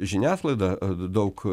žiniasklaida daug